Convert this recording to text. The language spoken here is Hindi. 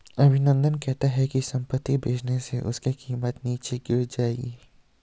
अभिनंदन कहता है कि संपत्ति बेचने से उसकी कीमत नीचे गिर जाएगी